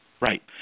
Right